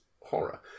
horror